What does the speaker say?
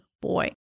boy